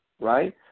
Right